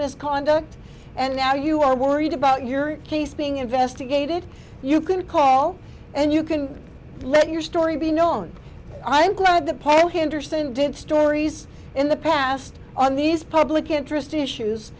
misconduct and now you are worried about your case being investigated you can call and you can let your story be known i'm glad that paul henderson didn't stories in the past on these public interest issues